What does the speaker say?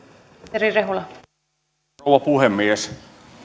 arvoisa rouva puhemies